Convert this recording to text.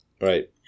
Right